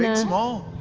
and small?